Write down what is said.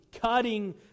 cutting